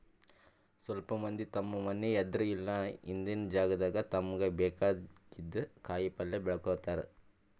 ಸ್ವಲ್ಪ್ ಮಂದಿ ತಮ್ಮ್ ಮನಿ ಎದ್ರ್ ಇಲ್ಲ ಹಿಂದಿನ್ ಜಾಗಾದಾಗ ತಮ್ಗ್ ಬೇಕಾಗಿದ್ದ್ ಕಾಯಿಪಲ್ಯ ಬೆಳ್ಕೋತಾರ್